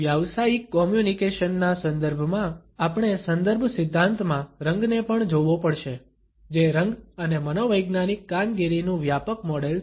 વ્યાવસાયિક કોમ્યુનકેશનના સંદર્ભમાં આપણે સંદર્ભ સિદ્ધાંતમાં રંગને પણ જોવો પડશે જે રંગ અને મનોવૈજ્ઞાનિક કામગીરીનું વ્યાપક મોડેલ છે